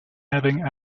having